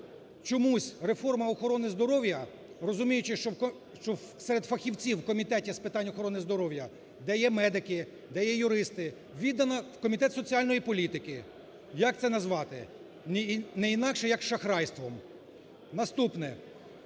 чомусь реформа охорони здоров'я, розуміючи, що серед фахівців у Комітету з питань охорони здоров'я, де є медики, де є юристи, віддано в Комітет соціальної політики. Як це назвати? Не інакше як шахрайством. Наступне.